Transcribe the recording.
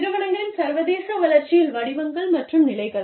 நிறுவனங்களின் சர்வதேச வளர்ச்சியின் வடிவங்கள் மற்றும் நிலைகள்